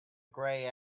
grey